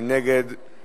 22, אין מתנגדים